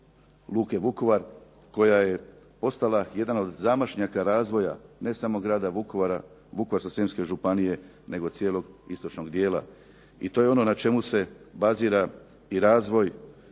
luke Vukovar koja je postala jedan od zamašnjaka razvoja ne samo grada Vukovara, Vukovarsko-srijemske županije nego cijelog istočnog dijela i to je ono na čemu se bazira i razvoj